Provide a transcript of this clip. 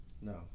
No